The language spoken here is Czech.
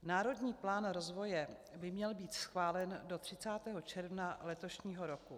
Národní plán rozvoje by měl být schválen do 30. června letošního roku.